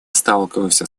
сталкивается